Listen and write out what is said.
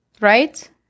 right